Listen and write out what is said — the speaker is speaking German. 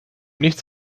nichts